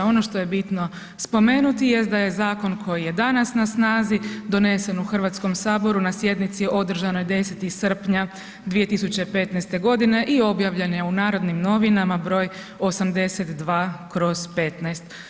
Ono što je bitno spomenuti jest da je zakon koji je danas na snazi donesen u Hrvatskom saboru na sjednici održanoj 10. srpnja 2015. godine i objavljen je u Narodnim novinama broj 82/15.